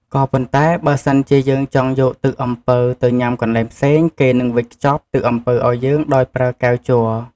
ក៏ប៉ុន្តែបើសិនជាយើងចង់យកទឹកអំពៅទៅញុាំកន្លែងផ្សេង គេនឹងវេចខ្ចប់ទឹកអំពៅឱ្យយើងដោយប្រើកែវជ័រ។